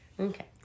okay